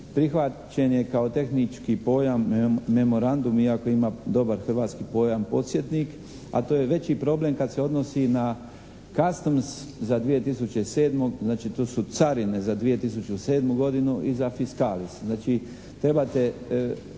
prihvaćen je kao tehnički pojam memorandum, iako ima dobar hrvatski pojam podsjetnik, a to je veći problem kad se odnosi na Customs za 2007. znači to su carine za 2007. godinu i za Fiscalis.